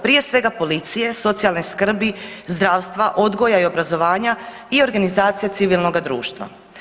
Prije svega policije, socijalne skrbi, zdravstva, odgoja i obrazovanja i organizacija civilnoga društva.